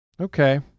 Okay